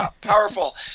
powerful